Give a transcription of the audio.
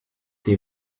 dem